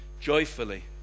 joyfully